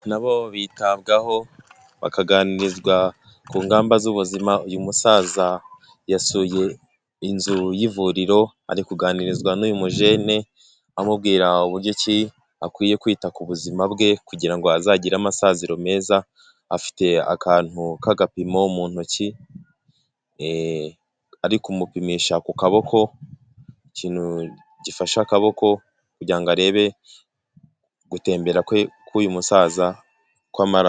Abakuze nabo bitabwaho bakaganizwa ku ngamba z'ubuzima, uyu musaza yasuye inzu y'ivuriro ari kuganirizwa n'uyu mujene amubwira uburyo ki akwiye kwita ku buzima bwe kugira ngo azagire amasaziro meza, afite akantu k'agapimo mu ntoki ari kumupimisha ku kaboko ikintu gifashe akaboko kugira ngo arebe gutembera kwe k'uyu musaza kw'amaraso.